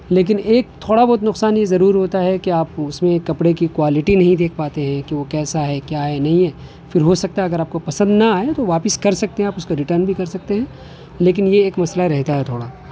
لیکن ایک تھوڑا بہت نقصان یہ ضرور ہوتا ہے کہ آپ اس میں کپڑے کی کوالٹی نہیں دیکھ پاتے ہیں کہ وہ کیسا ہے کیا ہے نہیں ہے پھر ہو سکتا ہے اگر آپ کو پسند نا آئے تو واپس کر سکتے ہیں آپ اس کو ریٹرن بھی کر سکتے ہیں لیکن یہ ایک مسئلہ رہتا ہے تھوڑا